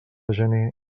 gener